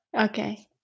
Okay